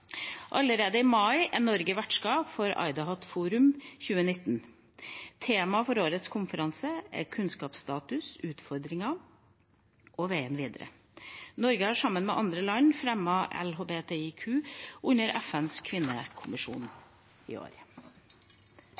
Allerede i mai er Norge vertskap for IDAHOT+ Forum 2019. Tema for årets konferanse er kunnskapsstatus, utfordringer og veien videre. Norge har sammen med andre land fremmet LHBTIQ under FNs kvinnekommisjon i år.